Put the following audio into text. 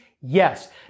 Yes